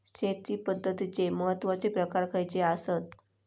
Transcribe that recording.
शेती पद्धतीचे महत्वाचे प्रकार खयचे आसत?